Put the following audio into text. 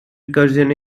recursion